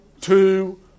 two